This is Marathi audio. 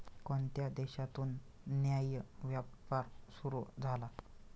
कोणत्या देशातून न्याय्य व्यापार सुरू झाला?